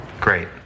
Great